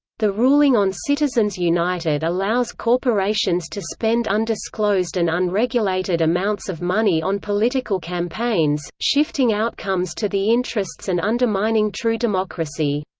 the ruling on citizens united allows corporations to spend undisclosed and unregulated amounts of money on political campaigns, shifting outcomes to the interests and undermining true democracy.